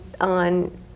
on